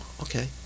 okay